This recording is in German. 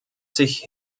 sich